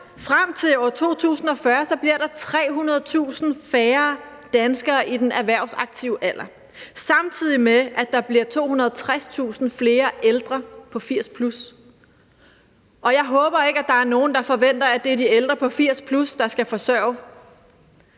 Frem til år 2040 bliver der 300.000 færre danskere i den erhvervsaktive alder, samtidig med at der bliver 260.000 flere ældre på 80+. Jeg håber ikke, der er nogen, der forventer, at det er de ældre på 80+, der skal være